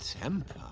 temper